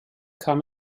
kam